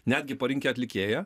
netgi parinkę atlikėją